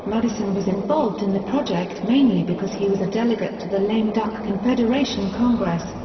madison was involved in the project mainly because he was a delegate to the lame duck confederation congress,